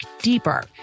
deeper